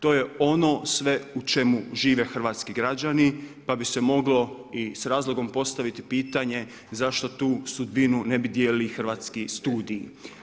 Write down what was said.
To je ono sve u čemu žive hrvatski građani, pa bi se moglo i sa razlogom postaviti pitanje, zašto tu sudbinu ne bi dijelili i hrvatski studiji.